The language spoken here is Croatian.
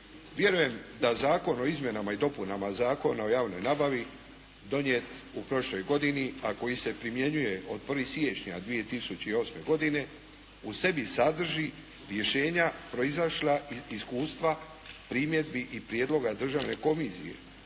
Vjerujem da Zakon o izmjenama i dopunama Zakona o javnoj nabavi donijet u prošloj godini a koji se primjenjuje od 1. siječnja 2008. godine u sebi sadrži rješenja proizašla iz iskustva primjedbi i prijedloga državne komisije,